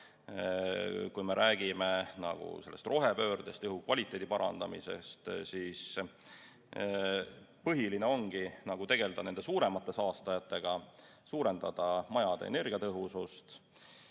Kui me räägime rohepöördest ja õhukvaliteedi parandamisest, siis põhiline ongi tegelda suuremate saastajatega, suurendada majade energiatõhusust